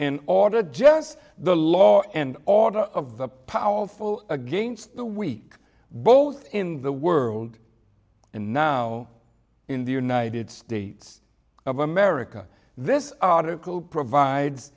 and order just the law and order of the powerful against the weak both in the world and now in the united states of america this article provides